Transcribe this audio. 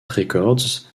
records